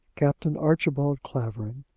captain archibald clavering,